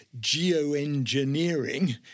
geoengineering